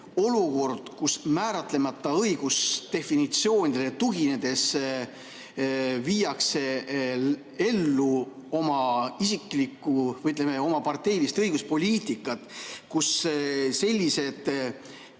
olukorras, kus määratlemata õigusdefinitsioonidele tuginedes viiakse ellu oma isiklikku või, ütleme, parteilist õiguspoliitikat, kus sellised